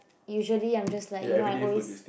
usually I'm just like you know I always